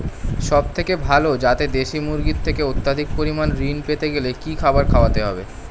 সবথেকে ভালো যাতে দেশি মুরগির থেকে অত্যাধিক পরিমাণে ঋণ পেতে গেলে কি খাবার খাওয়াতে হবে?